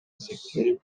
секирип